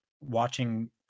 watching